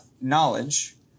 knowledge